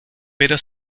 pero